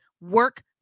work